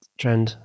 trend